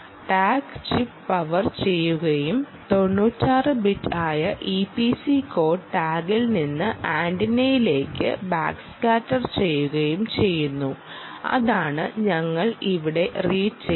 tag chip power ചെയ്യുകയും 96 bit ആയ E P C code ടാഗിൽ നിന്ന് ആന്റിനയിലേക്ക് ബാക്ക്സ്കാറ്റർ ചെയ്യുകയും ചെയ്യുന്നു അതാണ് ഞങ്ങൾ ഇവിടെ റീഡ് ചെയ്യുന്നത്